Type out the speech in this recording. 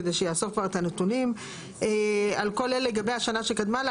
כדי שיאסוף כבר את הנתונים על כל אלה לגבי השנה שקדמה לה,